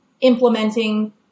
implementing